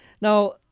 Now